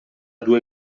due